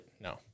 no